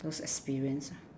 those experience ah